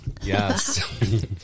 Yes